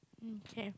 mm okay